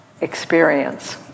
experience